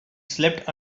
slept